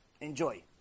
Enjoy